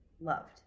loved